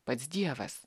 pats dievas